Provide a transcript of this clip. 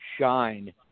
shine